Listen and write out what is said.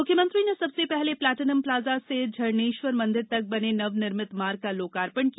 मुख्यमंत्री ने सबसे पहले प्लेटिनम प्लाजा से झरनेश्वर मंदिर तक बने नवनिर्मित मार्ग का लोकार्पण किया